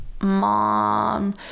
Mom